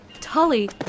Tully